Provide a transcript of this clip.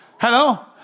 Hello